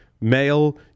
male